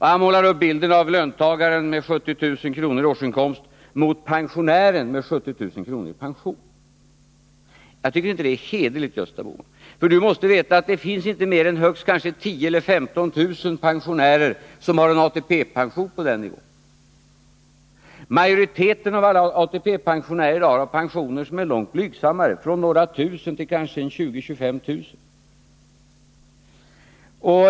Han målar upp bilden av löntagaren med 70 000 kr. i årsinkomst och pensionären med 70 000 i pension. Jag tycker inte det är hederligt. Gösta Bohman måste veta att det inte finns mer än högst 10 000 eller 15 000 pensionärer som har ATP på den nivån. Majoriteten av alla ATP-pensionärer har i dag pensioner som är långt blygsammare, från några tusen till kanske 20 000 eller 25 000.